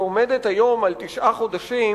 שעומדת היום על תשעה חודשים,